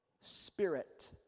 spirit